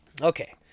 Okay